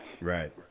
right